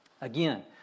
Again